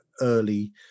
early